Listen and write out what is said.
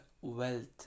wealth